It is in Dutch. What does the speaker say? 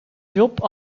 job